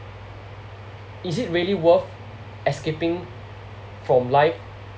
is it really worth escaping from life